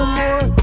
more